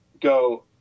go